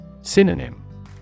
Synonym